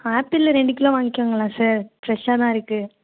ஆப்பிளில் ரெண்டு கிலோ வாங்கிக்கோங்களேன் சார் ஃபிரெஷ்ஷாக தான் இருக்குது